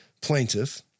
plaintiff